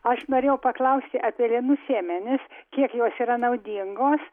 aš norėjau paklausti apie linų sėmenis kiek jos yra naudingos